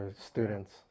students